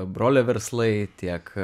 brolio verslai tiek